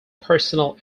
personal